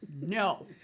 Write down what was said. No